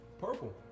Purple